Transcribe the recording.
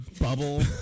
bubble